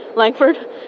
Langford